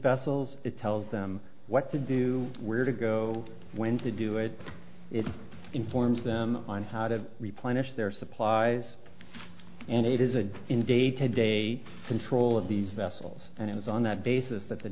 vessels tells them what to do where to go when to do it it informs them on how to replenish their supplies and it is a day in day to day control of these vessels and it was on that basis that the